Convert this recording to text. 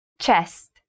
Chest